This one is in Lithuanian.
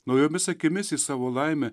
naujomis akimis į savo laimę